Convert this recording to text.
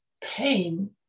pain